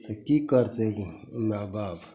तऽ कि करतै माइ बाप